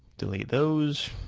delete those.